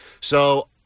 So-